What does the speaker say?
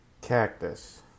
Cactus